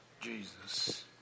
Jesus